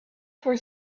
for